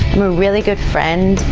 i'm a really good friend,